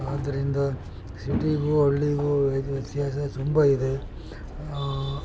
ಆದ್ದರಿಂದ ಸಿಟಿಗೂ ಹಳ್ಳಿಗೂ ಏನು ವ್ಯತ್ಯಾಸ ತುಂಬ ಇದೆ